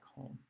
home